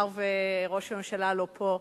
מאחר שראש הממשלה לא פה.